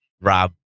Rob